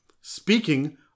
Speaking